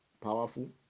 powerful